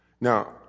Now